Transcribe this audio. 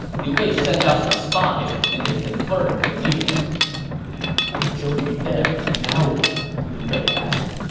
liu bei sent out some spies, and they confirmed the news with zhou yu dead, now what? liu bei asked